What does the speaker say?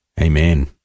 Amen